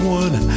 one